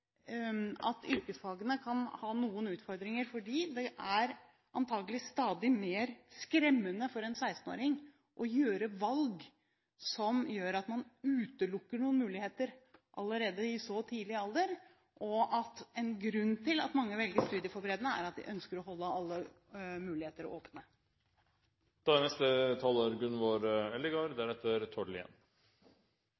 yrkesfagene kan ha noen utfordringer: Det er antagelig – stadig mer – skremmende for en 16-åring å gjøre valg som utelukker noen muligheter allerede i så ung alder, og at én grunn til at mange velger studieforberedende, er at de ønsker å holde alle muligheter åpne.